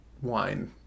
wine